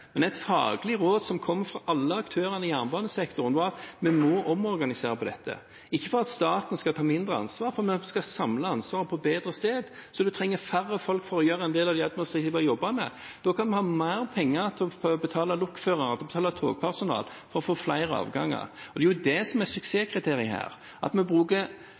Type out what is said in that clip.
men et faglig råd som kom fra alle aktørene i jernbanesektoren, var at vi må omorganisere her, ikke fordi staten skal ta mindre ansvar, men vi skal samle ansvaret på et bedre sted, så en trenger færre folk for å gjøre en del av jobbene. Da kan vi ha mer penger til å betale lokførere, betale togpersonale, for å få flere avganger. Det er jo det som er suksesskriteriet her, at vi bruker